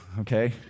okay